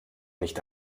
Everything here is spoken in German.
nicht